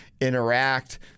interact